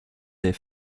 des